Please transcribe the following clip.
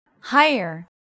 higher